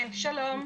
שלום.